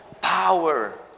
power